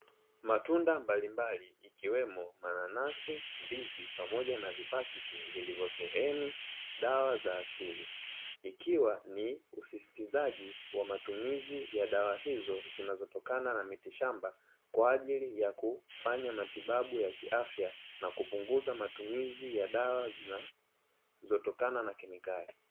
Matunda mbalimbali ikiwemo mananasi, ndizi , pamoja na vipakiti vilivyo sheheni dawa za asili, ikiwa ni usisitizaji wa matumizi ya dawa hizo zinazotokana na mitishamba kwa ajili ya kufanya matibabu ya kiafya na kupunguza matumizi ya dawa zinazotokana na kemikali.